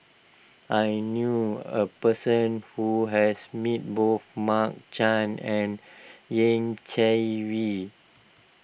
I knew a person who has met both Mark Chan and Yeh Chi Wei